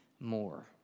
more